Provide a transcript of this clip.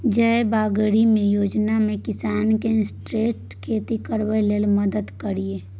जयबागरिहम योजना किसान केँ इंटीग्रेटेड खेती करबाक लेल मदद करय छै